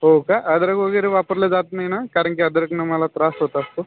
हो का अद्रक वगैरे वापरलं जात नाही ना कारण की अद्रकनं मला त्रास होत असतो